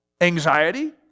Anxiety